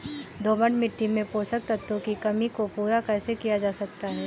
दोमट मिट्टी में पोषक तत्वों की कमी को पूरा कैसे किया जा सकता है?